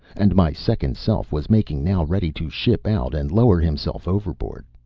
and my second self was making now ready to ship out and lower himself overboard.